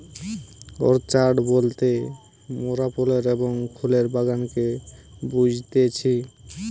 orchard বলতে মোরাফলের এবং ফুলের বাগানকে বুঝতেছি